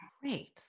Great